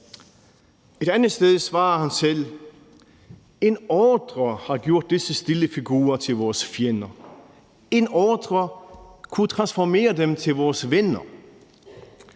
Et andet sted svarer han selv: En ordre har gjort disse stille figurer til vores fjender. En ordre kunne transformere dem til vores venner.